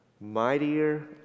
mightier